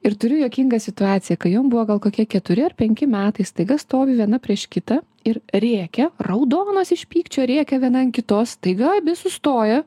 ir turiu juokingą situaciją kai jom buvo gal kokie keturi ar penki metai staiga stovi viena prieš kitą ir rėkia raudonos iš pykčio rėkia viena ant kitos staiga sustoja